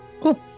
Cool